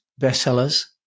bestsellers